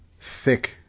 thick